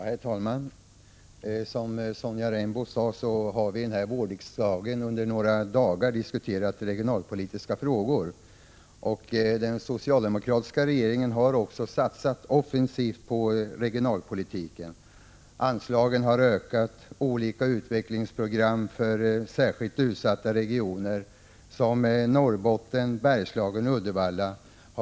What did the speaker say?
Herr talman! Som Sonja Rembo sade har vi under den här vårriksdagen diskuterat regionalpolitiska frågor under några dagar. Den socialdemokratiska regeringen har också satsat offensivt på regionalpolitiken. Anslagen har ökat, och vi har beslutat om olika utvecklingsprogram för särskilt utsatta regioner som Norrbotten, Bergslagen och Uddevalla.